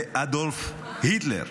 לאדולף היטלר.